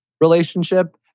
relationship